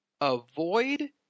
avoid